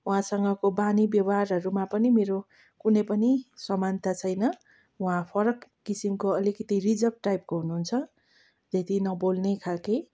उहाँसँगको बानी व्यवहारहरूमा पनि मेरो कुनै पनि समानता छैन उहाँ फरक किसिमको अलिकति रिजर्भ टाइपको हुनुहुन्छ त्यति नबोल्ने खालको